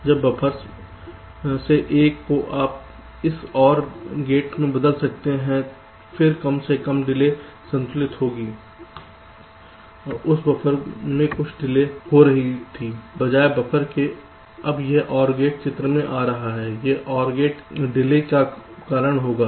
अब बफ़र्स में से एक को आप इस OR गेट से बदल सकते हैं फिर कम से कम डिले संतुलित होगी उस बफर में कुछ डिले हो रही थी बजाय बफर के अब यह OR गेट चित्र में आ रहा है यह OR गेट डिले का कारण होगा है